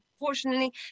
Unfortunately